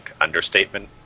understatement